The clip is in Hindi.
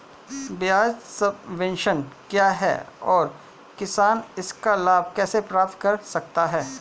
ब्याज सबवेंशन क्या है और किसान इसका लाभ कैसे प्राप्त कर सकता है?